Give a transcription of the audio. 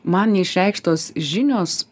man neišreikštos žinios